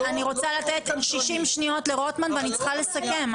אני רוצה לתת 60 שניות לרוטמן ואני צריכה לסכם,